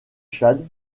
tchad